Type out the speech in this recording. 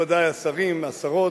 השרים והשרות,